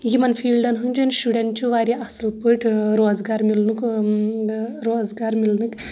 یِمن فیٖلڈن ۂنٛدٮ۪ن شُرٮ۪ن چھ واریاہ اَصل پأٹھۍ روزگار مِلنُک روزگار مِلنٕکۍ